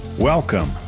Welcome